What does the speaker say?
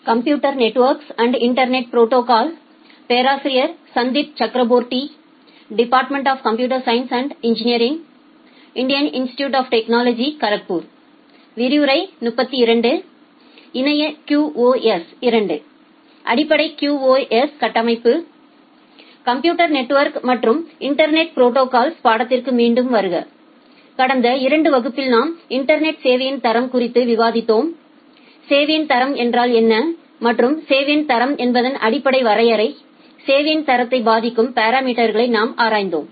computer network மற்றும் internet protocols பாடத்திற்கு மீண்டும் வருக கடந்த 2 வகுப்பில் நாம் இன்டர்நெட் சேவையின் தரம் குறித்து விவாதித்தோம் சேவையின் தரம் என்றால் என்ன மற்றும் சேவையின் தரம் என்பதன் அடிப்படை வரையறை சேவையின் தரத்தை பாதிக்கும் பாரா மீட்டர்களை நாம் ஆராய்ந்தோம்